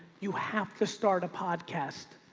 you have to start a podcast.